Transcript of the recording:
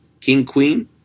king-queen